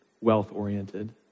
wealth-oriented